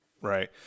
Right